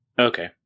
Okay